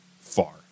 far